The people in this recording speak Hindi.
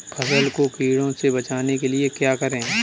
फसल को कीड़ों से बचाने के लिए क्या करें?